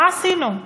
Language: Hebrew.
מה עשינו?